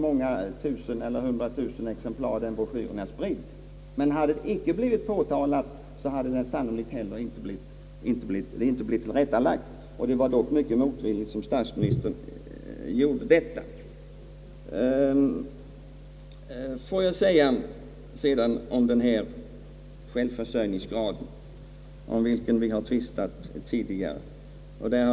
Men klart är att hade inte uppgiften blivit påtalad, hade den sannolikt icke heller blivit tillrättalagd. Det var ju för övrigt mycket motvilligt som statsministern rättade den. Vi har tidigare tvistat om självförsörjningsgraden.